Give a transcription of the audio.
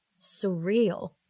surreal